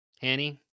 Hanny